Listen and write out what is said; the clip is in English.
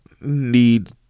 need